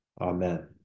Amen